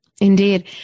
Indeed